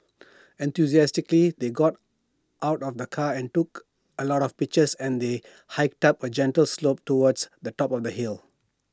enthusiastically they got out of the car and took A lot of pictures as they hiked up A gentle slope towards the top of the hill